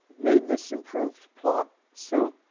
made this improved plot so